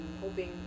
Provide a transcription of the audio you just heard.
hoping